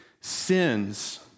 sins